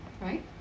right